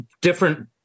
different